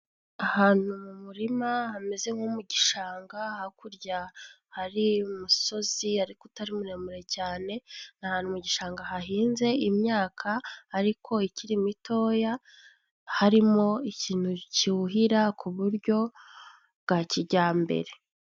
Ahantu mu murima hameze nko mu gishanga hakurya hari umusozi ariko utari muremure cyane, ni ahantu mu gishanga hahinze imyaka ariko ikiri mitoya harimo ikintu cyuhira ku buryo bwa kijyambere.